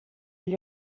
gli